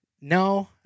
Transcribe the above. No